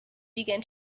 began